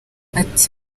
ati